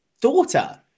daughter